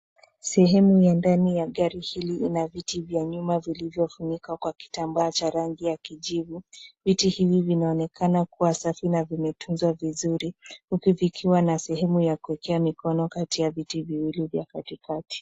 Sehemu ya ndani ya gari hili ina viti vya nyuma vilivyofunikwa kwa kitambaa ya rangi ya kijivu. Viti hivi vinaonekana kuwa safi na vimetunza vizuri, huku vikiwa na sehemu ya kuekea mikono kati ya viti viwili vya katikati.